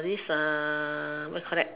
this what you call that